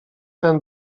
ten